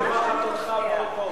סליחה שאני מפריעה.